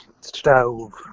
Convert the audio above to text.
stove